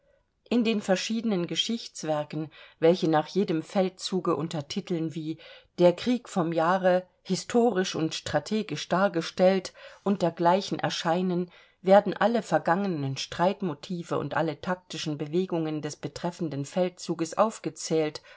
in den verschiedenen geschichtswerken welche nach jedem feldzuge unter titeln wie der krieg vom jahre historisch und strategisch dargestellt und dergleichen erscheinen werden alle vergangenen streitmotive und alle taktischen bewegungen des betreffenden feldzuges aufgezählt